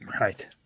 Right